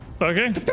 Okay